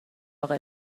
اقا